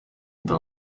inda